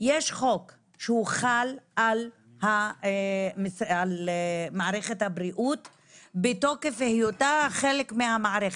שיש חוק שהוא חל על מערכת הבריאות מתוקף היותה חלק מהמערכת,